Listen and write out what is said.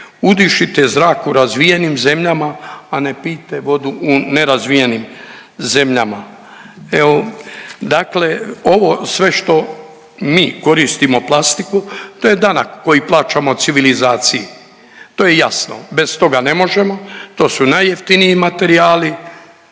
udišite zrak u razvijenim zemljama, a ne pijte vodu u nerazvijenim zemljama. Evo, dakle ovo sve što mi koristimo plastiku to je danak koji plaćamo civilizaciji. To je jasno, bez toga ne možemo, to su najjeftiniji materijali,